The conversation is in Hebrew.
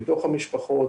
בתוך המשפחות,